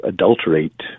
Adulterate